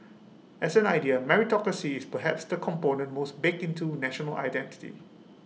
as an idea meritocracy is perhaps the component most baked into national identity